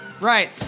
Right